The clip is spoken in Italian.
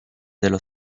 dello